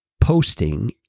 posting